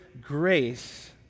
grace